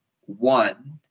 one